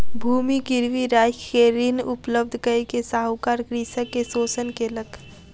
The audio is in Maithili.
भूमि गिरवी राइख के ऋण उपलब्ध कय के साहूकार कृषक के शोषण केलक